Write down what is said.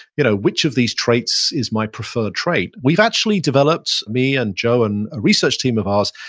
you know which of these traits is my preferred trait, we've actually developed, me and joe and a research team of ours,